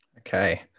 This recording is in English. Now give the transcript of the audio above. Okay